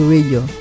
Radio